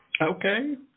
Okay